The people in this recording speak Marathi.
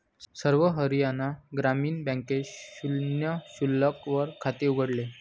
सर्व हरियाणा ग्रामीण बँकेत शून्य शिल्लक वर खाते उघडले